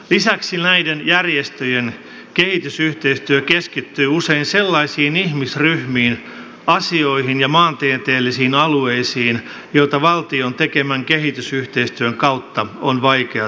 lisäksi näiden järjestöjen kehitysyhteistyö keskittyy usein sellaisiin ihmisryhmiin asioihin ja maantieteellisiin alueisiin joita valtion tekemän kehitysyhteistyön kautta on vaikea saavuttaa